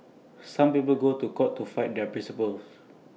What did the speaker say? some people go to court to fight their principles